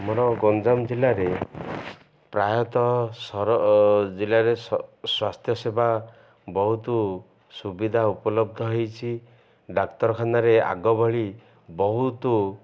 ଆମର ଗଞ୍ଜାମ ଜିଲ୍ଲାରେ ପ୍ରାୟତଃ ସବୁ ଜିଲ୍ଲାରେ ସ୍ୱାସ୍ଥ୍ୟ ସେବା ବହୁତୁ ସୁବିଧା ଉପଲବ୍ଧ ହେଇଛିି ଡ଼ାକ୍ତରଖାନାରେ ଆଗ ଭଳି ବହୁତ